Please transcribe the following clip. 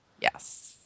Yes